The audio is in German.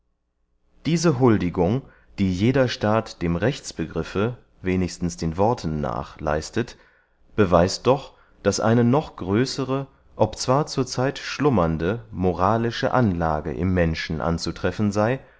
diese huldigung die jeder staat dem rechtsbegriffe wenigstens den worten nach leistet beweist doch daß eine noch größere ob zwar zur zeit schlummernde moralische anlage im menschen anzutreffen sey